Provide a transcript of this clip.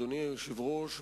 אדוני היושב-ראש,